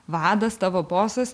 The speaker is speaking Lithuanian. vadas tavo bosas